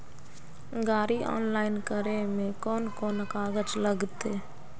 गाड़ी ऑनलाइन करे में कौन कौन कागज लगते?